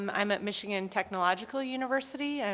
um i'm at michigan tech logical university, and